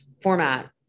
format